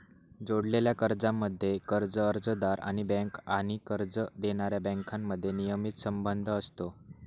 जोडलेल्या कर्जांमध्ये, कर्ज अर्जदार आणि बँका आणि कर्ज देणाऱ्या बँकांमध्ये नियमित संबंध असतो